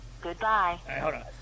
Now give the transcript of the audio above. Goodbye